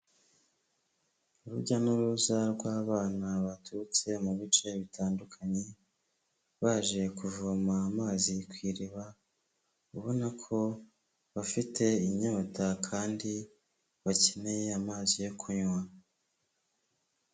Urujya n'uruza rw'abana baturutse mu bice bitandukanye baje kuvoma amazi ku iriba ubona ko bafite inyota kandi bakeneye amazi yo kunywa.